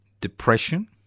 depression